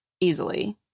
easily